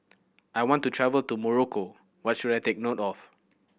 I want to travel to Morocco what should I take note of